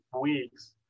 weeks